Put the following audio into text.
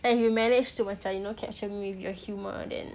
and if you manage to macam you know capture me with your humor then